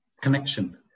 connection